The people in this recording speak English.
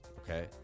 okay